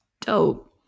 Dope